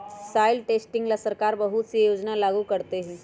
soil testing ला सरकार बहुत से योजना लागू करते हई